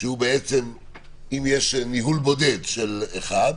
אם יש ניהול בודד של אחד.